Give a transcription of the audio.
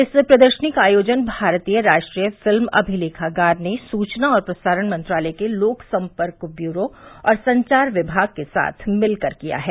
इस प्रदर्शनी का आयोजन भारतीय राष्ट्रीय फिल्म अमिलेखागार ने सुचना और प्रसारण मंत्रालय के लोकसम्पर्क व्यूरो और संचार विभाग के साथ मिलकर किया है